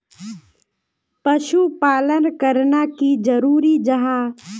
पशुपालन करना की जरूरी जाहा?